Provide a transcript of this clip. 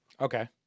Okay